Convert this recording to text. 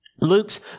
Luke's